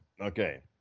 Okay